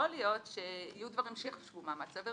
יכול להיות שיהיו דברים שייחשבו מאמץ סביר,